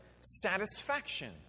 satisfaction